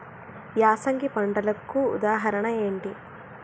యాసంగి పంటలకు ఉదాహరణ ఏంటి?